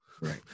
Right